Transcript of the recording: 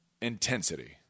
intensity